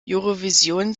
eurovision